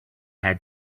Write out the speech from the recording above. had